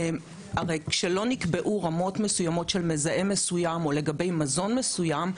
הרי כשלא נקבעו רמות מסוימות של מזהם מסוים או לגבי מזון מסוים,